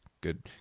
Good